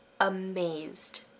amazed